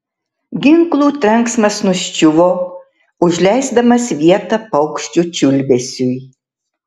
ginklų trenksmas nuščiuvo užleisdamas vietą paukščių čiulbesiui